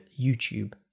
YouTube